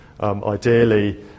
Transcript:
Ideally